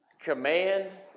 command